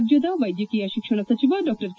ರಾಜ್ಲದ ವ್ಯೆದ್ವಕೀಯ ಶಿಕ್ಷಣ ಸಚಿವ ಡಾ ಕೆ